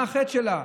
מה החטא שלה,